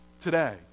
today